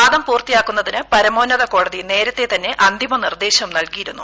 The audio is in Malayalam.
വാദം പൂർത്തിയാക്കുന്നതിന് പരമോന്നത കോടതി നേരത്തെ തന്നെ അന്തിമ നിർദ്ദേശം നൽകിയിരുന്നു